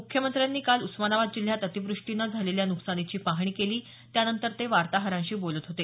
मुख्यमंत्र्यांनी काल उस्मानाबाद जिल्ह्यात अतिवृष्टीनं झालेल्या न्कसानीची पाहणी केली त्यानंतर ते वार्ताहरांशी बोलत होते